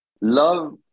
love